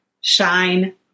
shine